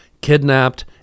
kidnapped